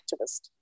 activist